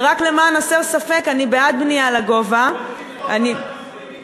ורק למען הסר ספק, אני בעד בנייה לגובה, אני